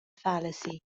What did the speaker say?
fallacy